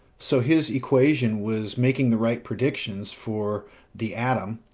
so his equation was making the right predictions for the atom,